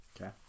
Okay